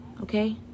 okay